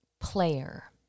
player